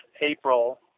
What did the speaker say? April